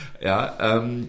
Ja